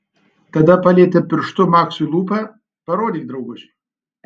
tada palietė pirštu maksui lūpą parodyk drauguži